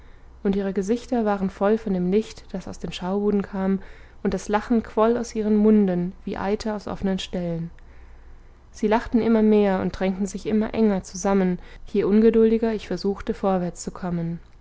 und ihre gesichter waren voll von dem licht das aus den schaubuden kam und das lachen quoll aus ihren munden wie eiter aus offenen stellen sie lachten immer mehr und drängten sich immer enger zusammen je ungeduldiger ich versuchte vorwärts zu kommen